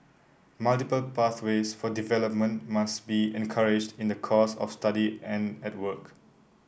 multiple pathways for development must be encouraged in the course of study and at work